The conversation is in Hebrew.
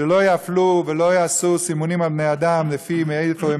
שלא יפלו ולא יעשו סימונים על בני-אדם לפי מאיפה הם